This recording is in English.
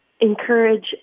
encourage